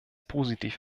positiv